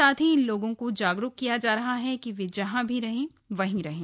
साथ ही इन लोगों को जागरूक किया जा रहा है कि वे जहां हैं वहीं रहें